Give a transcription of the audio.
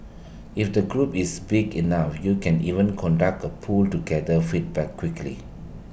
if the group is big enough you can even conduct A poll to gather feedback quickly